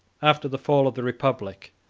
after the fall of the republic,